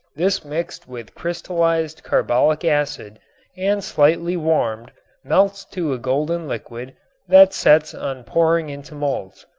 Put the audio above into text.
this mixed with crystallized carbolic acid and slightly warmed melts to a golden liquid that sets on pouring into molds.